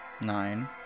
Nine